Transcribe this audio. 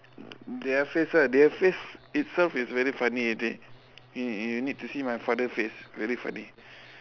their face ah their face itself is very funny already you you need to see my father face very funny